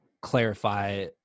clarify